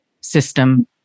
system